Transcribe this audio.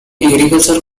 agriculture